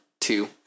two